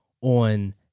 on